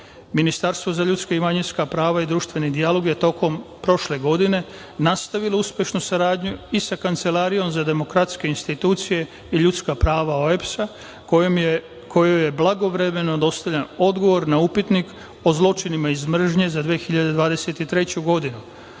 godine. Ministarstvo za ljudska i manjinska prava i društveni dijalog je tokom prošle godine nastavilo uspešnu saradnju i sa Kancelarijom za demokratske institucije i ljudska prava OEBS kojim je blagovremeno dostavljen odgovor na upitnik o zločinima iz mržnje iz 2023.Takođe